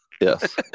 yes